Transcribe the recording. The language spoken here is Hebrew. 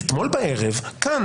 ואתמול בערב כאן,